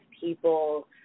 people